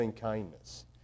kindness